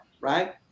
right